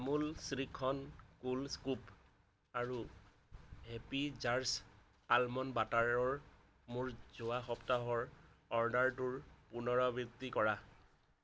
Amul shrikhand cool scoop আৰু happy jars almond বাটাৰৰ মোৰ যোৱা সপ্তাহৰ অৰ্ডাৰটোৰ পুনৰাবৃত্তি কৰা